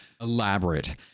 elaborate